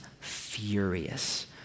furious